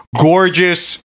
gorgeous